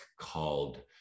called